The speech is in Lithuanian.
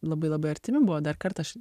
labai labai artimi buvo dar kartą aš